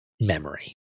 memory